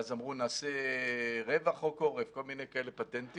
אמרו: נעשה רבע חוק עורף, או כל מיני פטנטים.